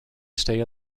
stay